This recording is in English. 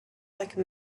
like